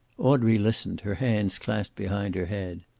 audrey listened, her hands clasped behind her head.